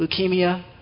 leukemia